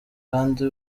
kandi